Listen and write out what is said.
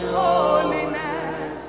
holiness